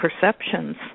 perceptions